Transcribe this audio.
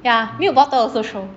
ya milk bottle also throw